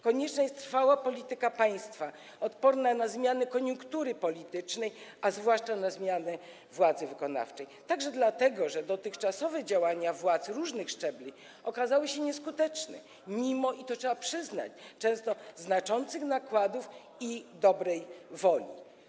Konieczna jest trwała polityka państwa, odporna na zmiany koniunktury politycznej, zwłaszcza na zmiany władzy wykonawczej, także dlatego, że dotychczasowe działania władz różnych szczebli okazały się nieskuteczne mimo - i to trzeba przyznać - często znaczących nakładów i dobrej woli.